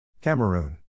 Cameroon